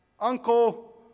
uncle